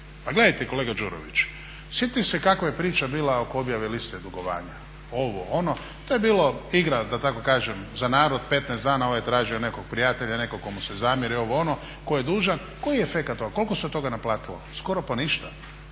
pa gledajte kolega Đurović, sjetite se kakva je priča bila oko objave liste dugovanja. Ovo, ono, to je bila igra da tako kažem za narod 15 dana. Ovaj je tražio nekog prijatelja, netko tko mu se zamjerio, ovo, ono, tko je dužan. Koji je efekat toga? Koliko se toga naplatilo? Skoro pa ništa.